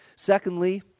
Secondly